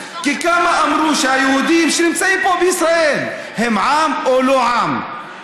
כי כמה אמרו שהיהודים שנמצאים פה בישראל הם עם או לא עם?